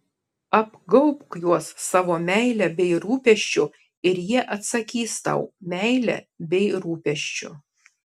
apgaubk juos savo meile bei rūpesčiu ir jie atsakys tau meile bei rūpesčiu